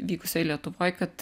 vykusioj lietuvoj kad